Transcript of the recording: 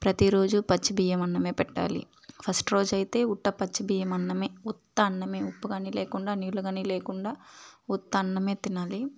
ప్రతీ రోజు పచ్చి బియ్యమన్నమే పెట్టాలి ఫస్ట్ రోజైతే ఉత్త పచ్చిబియ్యమన్నమే ఉత్త అన్నమే ఉప్పు కానీ లేకుండా నీళ్లు కానీ లేకుండా ఉత్త అన్నమే తినాలి